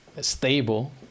stable